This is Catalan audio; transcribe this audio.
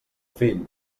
fill